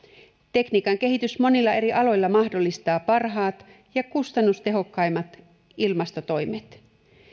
tekniikan kehitys monilla eri aloilla mahdollistaa parhaat ja kustannustehokkaimmat ilmastotoimet